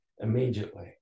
immediately